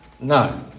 No